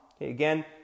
Again